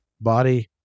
body